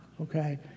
Okay